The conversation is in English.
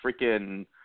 freaking